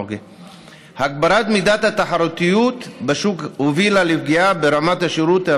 הגברת מידת התחרותיות בשוק הובילה לפגיעה ברמת השירות,